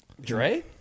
Dre